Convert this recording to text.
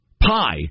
Pi